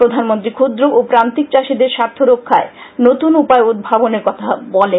প্রধানমন্ত্রী ক্ষুদ্র ও প্রান্তিক চাষীদের স্বার্থ রক্ষায় নতুন উপায় উদ্ভাবনের কথা বলেন